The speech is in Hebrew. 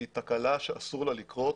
זו תקלה שאסור לה לקרות